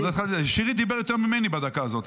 שירי דבר יותר ממני בדקה הזאת.